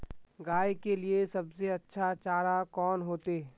गाय के लिए सबसे अच्छा चारा कौन होते?